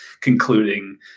concluding